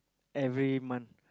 every month